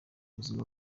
ubuzima